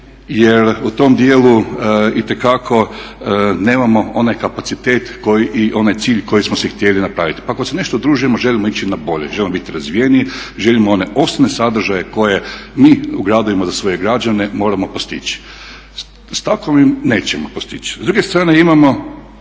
jer u tom dijelu itekako nemamo onaj kapacitet i onaj cilj koji smo si htjeli napraviti. Pa ako se nešto udružujemo želimo ići na bolje, želimo biti razvijeniji, želimo one osnovne sadržaje koje mi u gradovima za svoje građane moramo postići. S takovim nećemo postići. S druge strane imamo